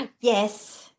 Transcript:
Yes